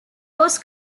was